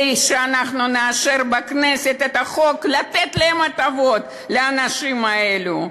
שאנחנו נאשר בכנסת את החוק למתן הטבות לאנשים האלה.